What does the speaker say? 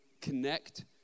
connect